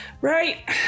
Right